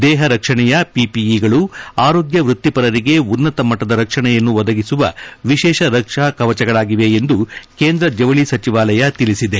ದೇಪ ರಕ್ಷಣೆಯ ಪಿಪಿಐಗಳು ಆರೋಗ್ತ ವಕ್ತಿಪರಿಗೆ ಉನ್ನತ ಮಟ್ಟದ ರಕ್ಷಣೆಯನ್ನು ಒದಗಿಸುವ ವಿಶೇಷ ರಕ್ಷಾ ಕವಚಗಳಾಗಿವೆ ಎಂದು ಕೇಂದ್ರ ಜವಳಿ ಸಚಿವಾಲಯ ತಿಳಿಸಿದೆ